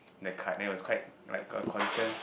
that card that was quite like a consent